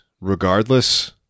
regardless